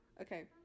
Okay